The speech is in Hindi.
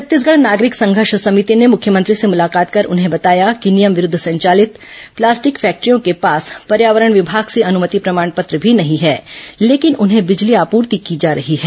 छत्तीसगढ़ नागरिक संघर्ष समिति ने मुख्यमंत्री से मुलाकात कर उन्हें बताया कि नियम विरूद्व संचालित प्लास्टिक फैक्टियों के पास पर्यावरण विमाग से अनुमति प्रमाण पत्र भी नहीं है लेकिन उन्हें बिजली आपूर्ति की जा रही है